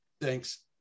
thanks